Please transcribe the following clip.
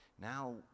Now